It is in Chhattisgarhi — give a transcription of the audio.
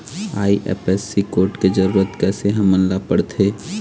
आई.एफ.एस.सी कोड के जरूरत कैसे हमन ला पड़थे?